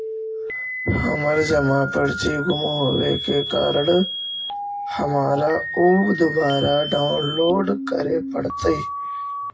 हमर जमा पर्ची गुम होवे के कारण हमारा ऊ दुबारा डाउनलोड करे पड़तई